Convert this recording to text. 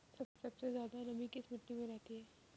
सबसे ज्यादा नमी किस मिट्टी में रहती है?